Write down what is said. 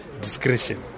discretion